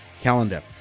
calendar